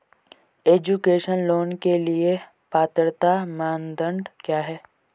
Education loan के लिए पात्रता मानदंड क्या है?